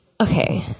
Okay